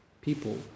people